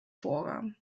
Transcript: forum